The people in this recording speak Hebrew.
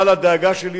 אבל הדאגה שלי,